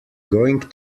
going